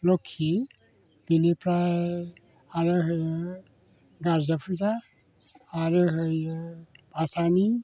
लोखि बिनिफ्राय आरो होयो गारजा फुजा आरो होयो बासानि